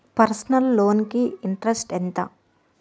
Personal loan కి interest ఎంత?